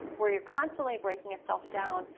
where your constantly breaking itself down,